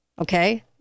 Okay